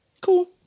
Cool